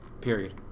Period